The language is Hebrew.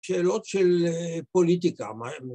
שאלות של פוליטיקה.. מה הם...